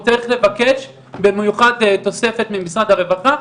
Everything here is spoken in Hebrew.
הוא צריך לבקש במיוחד תוספת ממשרד הרווחה,